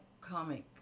comic